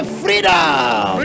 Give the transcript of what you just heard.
freedom